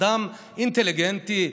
אדם אינטליגנטי,